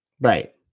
right